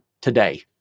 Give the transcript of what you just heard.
today